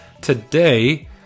Today